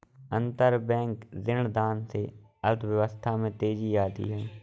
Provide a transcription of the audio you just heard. अंतरबैंक ऋणदान से अर्थव्यवस्था में तेजी आती है